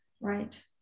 Right